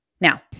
Now